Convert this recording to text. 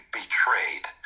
betrayed